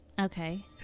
Okay